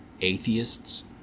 atheists